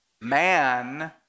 Man